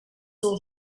saw